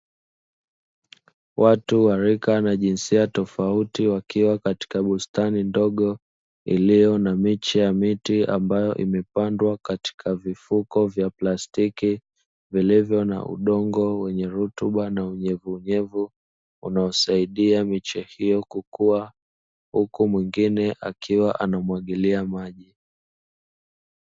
Watu wa rika na jinsia tofauti wakiwa katika bustani ndogo iliyo na miche ya miti ambayo imepandwa katika vifuko vya plastiki vilivyo na udongo wenye rutuba na unyevu unyevu, unaosaidia miche hiyo kukua huku mwingine akiwa anamwagilia maji.